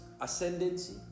ascendancy